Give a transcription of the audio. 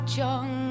young